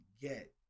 get